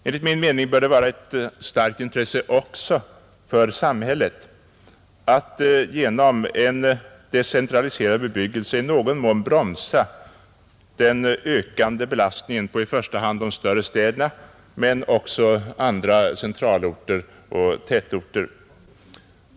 Enligt min mening bör det vara ett starkt intresse också för samhället att genom en decentraliserad bebyggelse i någon mån bromsa den ökande belastningen på i första hand de större städerna men också andra centralorter och tätorter.